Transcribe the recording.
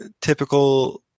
typical